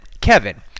Kevin